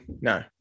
No